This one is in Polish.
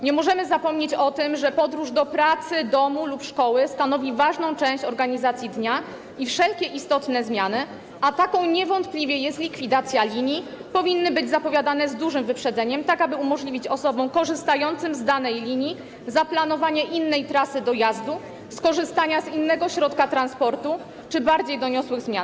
Nie możemy zapomnieć o tym, że podróż do pracy, domu lub szkoły stanowi ważną część organizacji dnia i wszelkie istotne zmiany, a taką niewątpliwie jest likwidacja linii, powinny być zapowiadane z dużym wyprzedzeniem, tak aby umożliwić osobom korzystającym z danej linii zaplanowanie innej trasy dojazdu, skorzystanie z innego środka transportu czy bardziej doniosłych zmian.